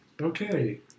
Okay